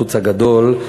הקיצוץ הגדול,